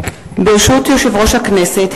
ברשות יושב-ראש הכנסת,